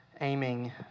aiming